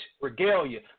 regalia